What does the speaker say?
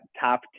top